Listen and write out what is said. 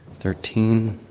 thirteen.